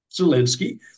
Zelensky